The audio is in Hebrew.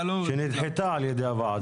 שנדחתה על ידי הוועדה.